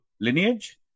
lineage